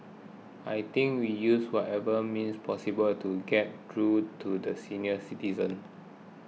I think we use whatever means possible to get through to the senior citizens